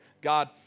God